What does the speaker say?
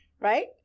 right